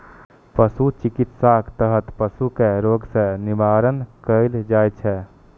पशु चिकित्साक तहत पशु कें रोग सं निवारण कैल जाइ छै